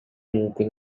мүмкүн